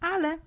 Ale